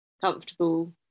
comfortable